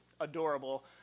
adorable